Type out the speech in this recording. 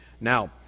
Now